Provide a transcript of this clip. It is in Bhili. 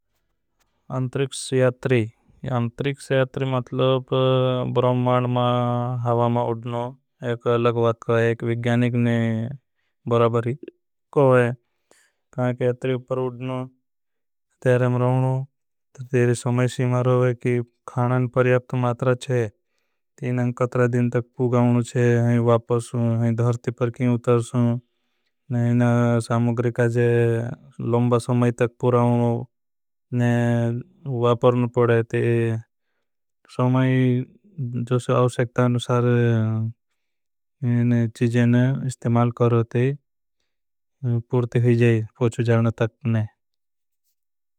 अन्तरिक्ष अन्तरिक्ष यात्री एमटीएलबी। ब्रह्माण्ड में ह्वा में उधनो एक अलग वाक्यो एक विज्ञानिक। ने भारी कोइ है यात्री ऊपर उधनो तेरे भाधनो उतारे में। समय सीमा रहवे कि खानान की वा पर धरती पे वापिस। पूछे नै ना समग्रिका जय चे लम्बा सामी टीके नै पुरा। उनको नी वेपर ने पदे ते जो सामी ने अवेस्क्ता अनुसर। चिज़े ने इस्तेमाल क्रे चे तोदिन जय नहि स्कख्त चे।